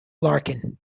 larkin